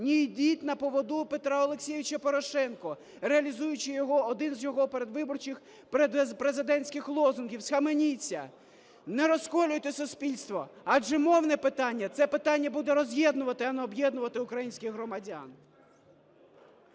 не йдіть на поводу у Петра Олексійовича Порошенка, реалізуючи його… один з його передвиборчих президентських лозунгів! Схаменіться! Не розколюйте суспільство, адже мовне питання - це питання буде роз'єднувати, а не об'єднувати українських громадян.